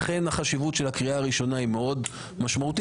לכן החשיבות של הקריאה הראשונה היא מאוד משמעותית.